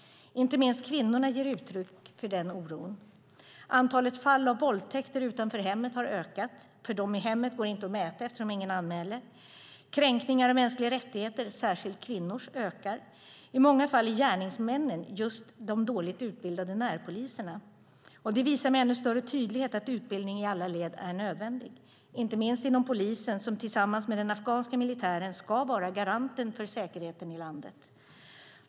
Inte minst kvinnorna ger uttryck för den oron. Antalet fall av våldtäkter utanför hemmet har ökat, och de i hemmet går inte att mäta eftersom ingen anmäler. Kränkningar av mänskliga rättigheter, särskilt kvinnors, ökar. I många fall är gärningsmännen just de dåligt utbildade närpoliserna. Det visar med ännu större tydlighet att utbildning i alla led är nödvändig, inte minst inom polisen som tillsammans med den afghanska militären ska vara garanten för säkerheten i landet.